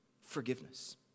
forgiveness